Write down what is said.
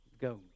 go